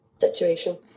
situation